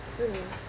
mm